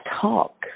talk